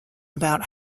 about